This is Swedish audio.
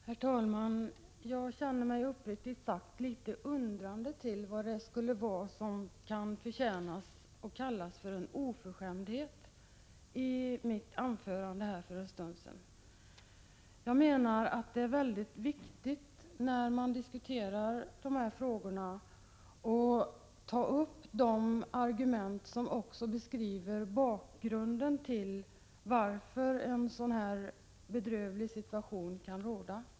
Herr talman! Jag ställer mig uppriktigt sagt litet undrande till vad det skulle vara som kan förtjänas att kallas för en oförskämdhet i mitt anförande för en stund sedan. När man diskuterar dessa frågor menar jag att det är mycket viktigt att ta upp de argument som beskriver bakgrunden till att en sådan här bedrövlig situation kan råda.